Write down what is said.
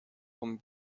vom